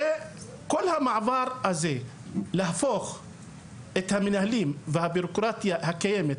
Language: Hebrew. הרי כל המעבר הזה להפוך את המנהלים והביורוקרטיה הקיימת,